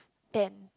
ten